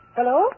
Hello